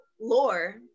lore